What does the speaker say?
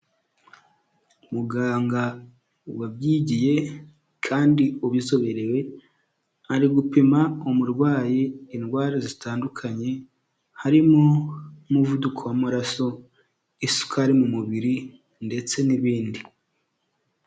Muganga wabyigiye kandi ubizoberewe, ari gupima umurwayi indwara zitandukanye, harimo n'umuvuduko w'amaraso, isukari mu mubiri ndetse n'ibindi.